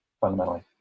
fundamentally